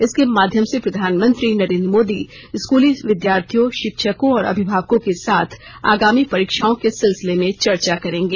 इसके माध्यम से प्रधानमंत्री नरेन्द्र मोदी स्कूली विद्यार्थियों शिक्षकों और अभिभावकों के साथ आगामी परीक्षाओं के सिलसिले में चर्चा करेंगे